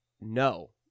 no